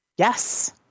Yes